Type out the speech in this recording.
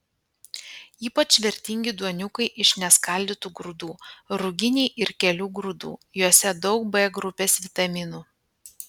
ypač vertingi duoniukai iš neskaldytų grūdų ruginiai ir kelių grūdų juose daug b grupės vitaminų